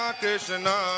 Krishna